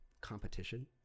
competition